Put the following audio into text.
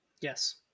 Yes